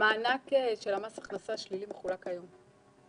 מענק של מס הכנסה שלילי מחולק היום.